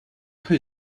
who